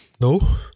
No